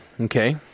Okay